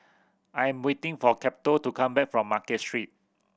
I am waiting for Cato to come back from Market Street